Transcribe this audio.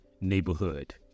neighborhood